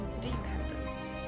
dependence